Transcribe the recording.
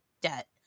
debt